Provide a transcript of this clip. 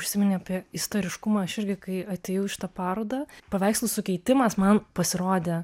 užsiminei apie istoriškumą širdį kai atėjau į šitą parodą paveikslų sukeitimas man pasirodė